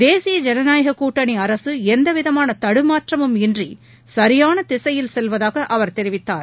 தேசிய ஜனநாயக கூட்டணி அரசு எந்தவிதமான தடுமாற்றமும் இன்றி சரியான திசையில் செல்வதாக அவர் தெரிவித்தார்